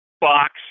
box